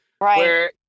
Right